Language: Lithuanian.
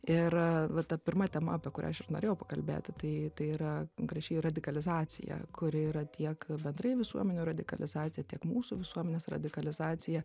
ir va ta pirma tema apie kurią aš ir norėjau pakalbėti tai tai yra graži radikalizacija kuri yra tiek bendrai visuomenių radikalizacija tiek mūsų visuomenės radikalizacija